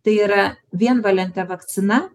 tai yra vienvalentė vakcina